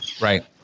right